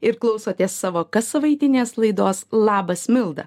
ir klausotės savo kassavaitinės laidos labas milda